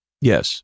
Yes